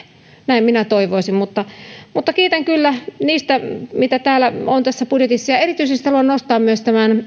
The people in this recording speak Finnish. näin minä toivoisin kiitän kyllä niistä mitä on tässä budjetissa erityisesti haluan nostaa